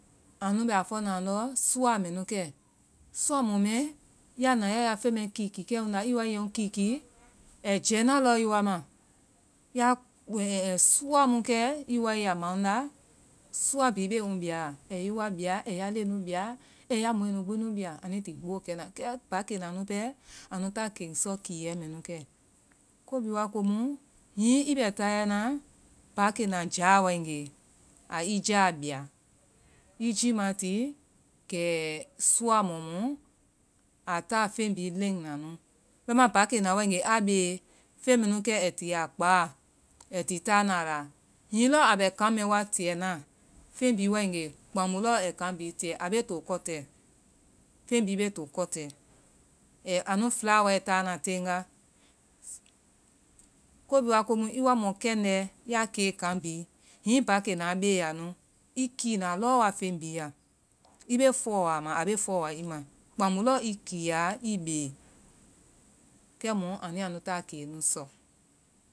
Anu bɛ afɔna andɔ sua mɛ nu kɛ. Sua mɔɔ mɛɛ, ya na ya ya fen mɛɛ kiki-kiki kɛ nda, i woa iyɛy kiki kiki, ai jɛɛnaa lɔ i wa ma ya sua mu kɛ i woa i yaa maada ya sua bihi bee ŋ biyaa. ai yɛi wa iɔɔ wa biya, ai ya leyɛ nu gbi nu biya anui ti gboo kɛna. paakenaa nu pɛɛ, anu ta ken sɔ kilyɛ mɛ nu kɛ. ko bihi waa komu hihi i bɛ taayɛ na, paakena jaa waegee ai jaa biya. i jii ma ti kɛ sua mɔɔ mu a taa fen bihi lɛnna nu bɛimaa paakena wakgee a beelee fen mɛnu ai ti a kpaa. Ai ti taana a la, hihi lɔɔ a bɛkan mɛɛ wa tiyɛ naa fey bihi waegee kpamu lɔɔ ai kan bihi tiyɛ a bee to kɔtɛɛ, fey bihi bee to kɔtɛɛ, ɛɛ anu fɛla wa taana teenga. ko bihi wa komu i wa mɔ kɛndɛɛ, ya kee kan bihi, hihi paakenaa beeya nu, i kiinaa lɔɔ wa fen bihi la. i bee fɔɔa ma a bee fɔɔa i ma. Kpamu iɔɔ i kiiya i bee. Kɛ mu anui yaa ta keyɛ nu sɔ.